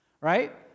right